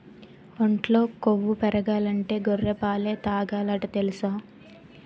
ఒంట్లో కొవ్వు పెరగాలంటే గొర్రె పాలే తాగాలట తెలుసా?